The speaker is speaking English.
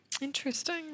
Interesting